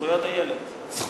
זכויות הילד.